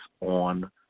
on